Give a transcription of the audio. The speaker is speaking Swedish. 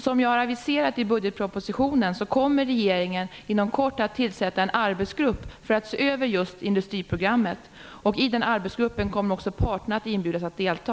Som jag har aviserat i budgetpropositionen kommer regeringen inom kort att tillsätta en arbetsgrupp för att se över industriprogrammet. I denna arbetsgrupp kommer också parterna att inbjudas att delta.